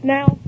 Now